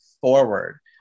forward